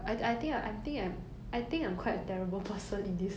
eh I think this what this question is asking is 你是一个怎么样的人